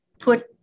put